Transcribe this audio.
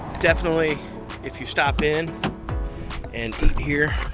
definitely if you stop in and eat here,